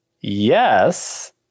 Yes